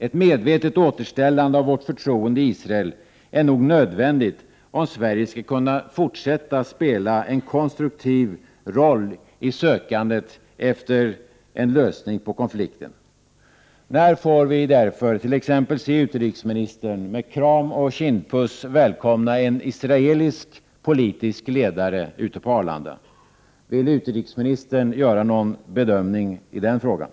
Ett medvetet återställande av vårt förtroende i Israel är nog nödvändigt om Sverige skall kunna fortsätta att spela en konstruktiv roll i sökandet efter en lösning på konflikten. När får vi därför t.ex. se utrikesministern med kram och kindpuss välkomna en israelisk politisk ledare ute på Arlanda? Vill utrikesministern göra någon bedömning i den frågan?